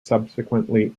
subsequently